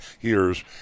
years